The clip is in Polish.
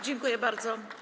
Dziękuję bardzo.